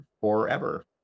forever